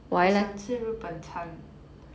想吃日本餐